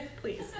Please